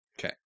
Okay